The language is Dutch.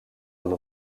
een